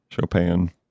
Chopin